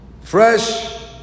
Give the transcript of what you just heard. Fresh